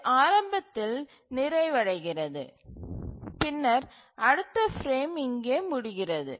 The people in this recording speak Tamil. இது ஆரம்பத்தில் நிறைவடைகிறது பின்னர் அடுத்த பிரேம் இங்கே முடிகிறது